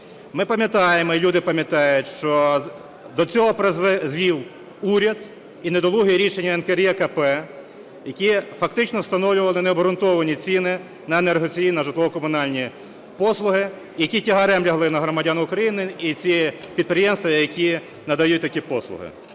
Ми пам'ятаємо і люди пам'ятають, що до цього призвів уряд і недолуге рішення НКРЕКП, які фактично встановлювали необґрунтовані ціни на енергоносії на житлово-комунальні послуги, які тягарем лягли на громадян України і ці підприємства, які надають такі послуги.